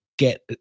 get